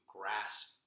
grasp